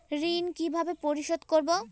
ঋণ কিভাবে পরিশোধ করব?